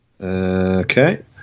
Okay